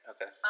Okay